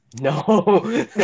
no